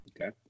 Okay